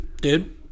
Dude